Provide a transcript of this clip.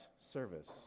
service